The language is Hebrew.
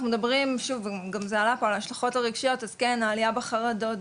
מדברים שוב גם זה עלה פה על ההשלכות הרגשיות אז כן העלייה בחרדות,